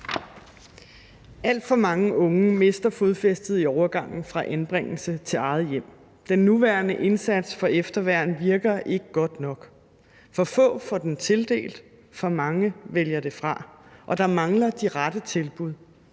Alt for mange unge mister fodfæstet i overgangen fra anbringelse til eget hjem. Den nuværende indsats for efterværn virker ikke godt nok. For få får den tildelt, og for mange vælger det fra, og der mangler de rette tilbud.